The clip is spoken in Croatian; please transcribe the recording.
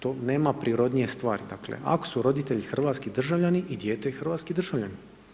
To nema prirodnije stvari, dakle ako su roditelji hrvatski državljani i dijete je hrvatski državljanin.